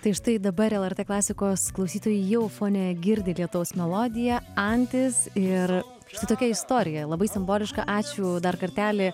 tai štai dabar lrt klasikos klausytojai jau fone girdi lietaus melodiją antis ir su tokia istorija labai simboliška ačiū dar kartelį